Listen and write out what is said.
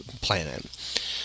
planet